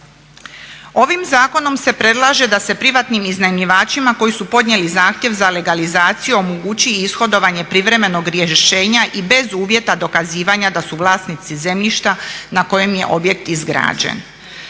Ovim zakonom se predlaže da se privatnim iznajmljivačima koji su podnijeli zahtjev za legalizaciju omogući ishodovanje privremenog rješenja i bez uvjeta dokazivanja da su vlasnici zemljišta na kojem je objekt izgrađen.